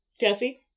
Jesse